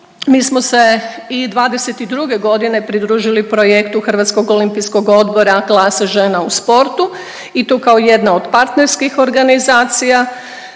Mi smo se i '22. godine pridružili projektu Hrvatskog olimpijskog odbora glasa žena u sportu i tu kao jedna od partnerskih organizacija